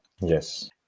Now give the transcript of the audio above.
Yes